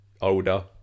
older